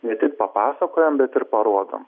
ne tik papasakojam bet ir parodom